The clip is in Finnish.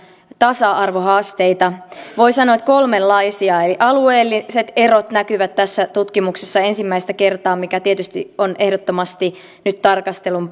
tasa arvohaasteita voi sanoa kolmenlaisia alueelliset erot näkyvät tässä tutkimuksessa ensimmäistä kertaa mikä tietysti on ehdottomasti nyt tarkastelun